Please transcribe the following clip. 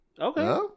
Okay